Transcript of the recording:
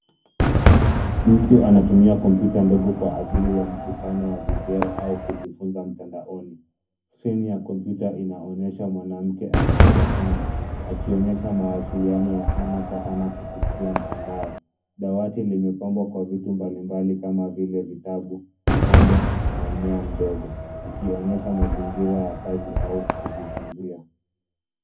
Mtu anatumia kompyuta ndogo kwa ajili ya mkutano wa video au kujifunza mtandaoni. Skrini ya kompyuta inaonyesha mwanamke akitabasamu; akionyesha mawasiliano ya ana kwa ana kupitia mtandao. Dawati limepambwa kwa vitu mbalimbali kama vile vitabu, kikombe na mmea mdogo, ikionyesha mazingira ya kazi au kujifunzia.